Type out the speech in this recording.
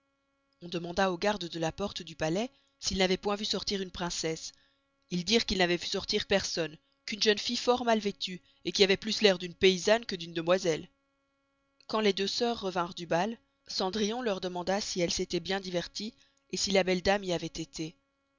on demanda aux gardes de la porte du palais s'ils n'avoient point veu sortir une princesse ils dirent qu'ils n'avoient vû sortir personne qu'une jeune fille fort mal vestuë qui avoit plus l'air d'une paysanne que d'une demoiselle quand les deux sœurs revinrent du bal cendrillon leur demanda si elles s'estoient encore bien diverties si la belle dame y avoit esté